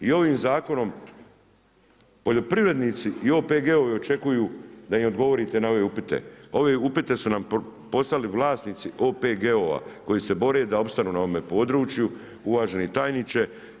I ovim zakonom poljoprivrednici i OPG-ovi očekuju da im odgovorite na ove upite, ovi upiti su nam postali vlasnici OPG-ova koji se bore da opstanu na ovome području uvaženi tajniče.